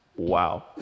Wow